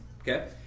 okay